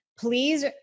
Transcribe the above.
Please